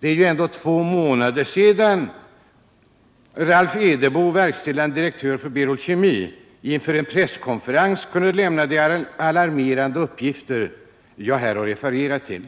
Det är ju två månader sedan Ralph Edebo, verkställande direktör för Berol Kemi, vid en presskonferens kunde lämna de alarmerande uppgifter som jag här har refererat till.